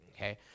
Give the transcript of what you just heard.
okay